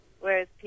whereas